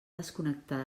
desconnectar